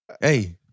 hey